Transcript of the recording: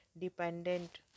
dependent